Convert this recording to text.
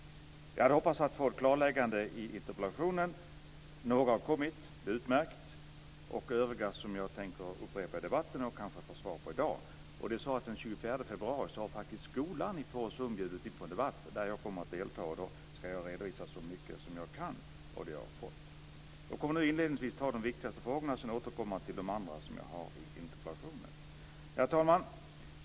Jag hade hoppats på att få klarlägganden i interpellationssvaret. Några har kommit och det är utmärkt. I övrigt tänker jag göra upprepningar i debatten. Kanske kan jag i dag få svar. Skolan i Fårösund har bjudit in till debatt den 24 februari. Jag kommer att delta och då ska jag redovisa så mycket jag kan kring det jag har fått veta. Inledningsvis tar jag de viktigaste frågorna. Sedan får jag återkomma till övriga frågor i interpellationen.